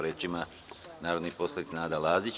Reč ima narodni poslanik Nada Lazić.